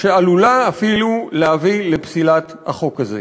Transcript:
שעלולה אפילו להביא לפסילת החוק הזה.